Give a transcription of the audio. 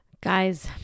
Guys